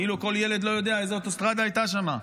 כאילו כל ילד לא יודע איזו אוטוסטרדה הייתה שם.